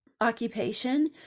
occupation